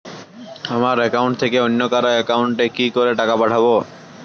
আমার একাউন্ট থেকে অন্য কারো একাউন্ট এ কি করে টাকা পাঠাবো?